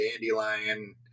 dandelion